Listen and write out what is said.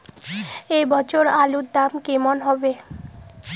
এ বছর আলুর দাম কেমন হবে?